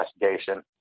investigation